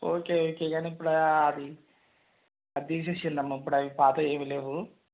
okay okay గానీ ఇప్పుడు అది అది తీసేసినారు అమ్మ ఇప్పుడు పాతవి ఏమి లేవు